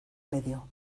medio